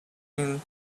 and